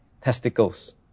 testicles